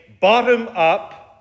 bottom-up